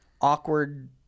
awkward